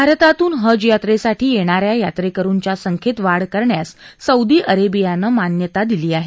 भारतातून हज यात्रेसाठी येणाऱ्या यात्रेकरूंच्या संख्येत वाढ करण्यास सौदी अरेबियाने मान्यता दिली आहे